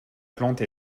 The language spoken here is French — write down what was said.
plante